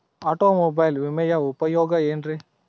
Automobile ವಿಮೆಯ ಉಪಯೋಗ ಏನ್ರೀ?